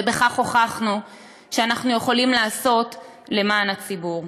בכך הוכחנו שאנחנו יכולים לעשות למען הציבור.